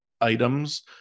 items